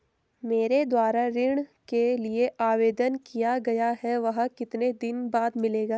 मेरे द्वारा ऋण के लिए आवेदन किया गया है वह कितने दिन बाद मिलेगा?